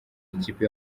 ikipe